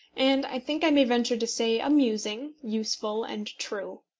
and, i think i may venture to say, amusing, useful, and true.